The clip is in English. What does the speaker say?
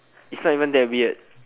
it's not even that weird